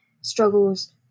struggles